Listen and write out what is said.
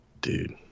Dude